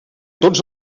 tots